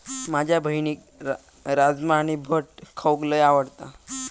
माझ्या बहिणीक राजमा आणि भट खाऊक लय आवडता